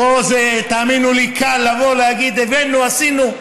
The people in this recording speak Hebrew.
פה, תאמינו לי, קל להגיד: הבאנו, עשינו.